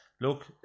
Look